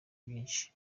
byinshi